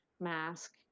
mask